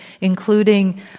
including